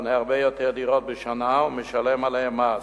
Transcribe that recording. קונה הרבה יותר דירות בשנה ומשלם עליהן מס.